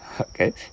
Okay